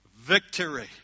victory